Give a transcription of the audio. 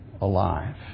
alive